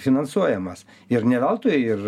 finansuojamas ir ne veltui ir